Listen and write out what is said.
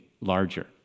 larger